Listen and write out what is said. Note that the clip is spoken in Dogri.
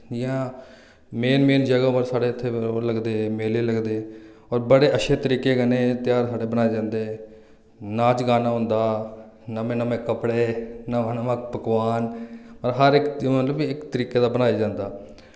जि'यां मेन मेन जगह उप्पर साढ़े इत्थै ओह् लगदे मेले लगदे और बड़े अच्छे तरीके कन्नै एह् ध्यार साढ़े मनाये जन्दे नाच गाना होंदा नमें नमें कपड़े नमां नमां पकवान और हर इक मतलब कि इक तरीके दा मनाया जन्दा